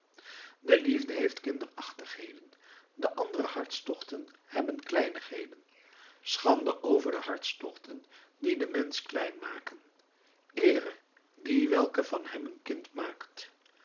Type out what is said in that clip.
de liefde heeft kinderachtigheden de andere hartstochten hebben kleinigheden schande over de hartstochten die den mensch klein maken eere die welke van hem een kind maakt